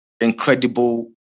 incredible